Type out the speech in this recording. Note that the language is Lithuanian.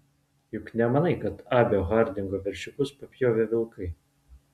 juk nemanai kad abio hardingo veršiukus papjovė vilkai